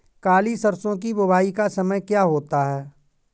काली सरसो की बुवाई का समय क्या होता है?